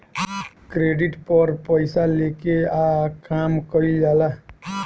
credit पर पइसा लेके आ काम कइल जाला